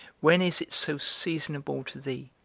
when is it so seasonable to thee,